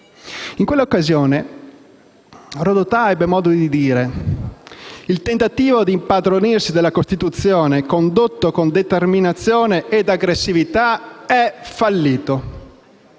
In quell'occasione, Rodotà ebbe modo di dire che il tentativo di impadronirsi della Costituzione, condotto con determinazione ed aggressività, era fallito